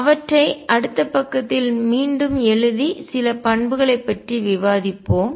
அவற்றை அடுத்த பக்கத்தில் மீண்டும் எழுதி சில பண்புகளைப் பற்றி விவாதிப்போம்